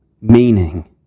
Meaning